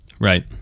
Right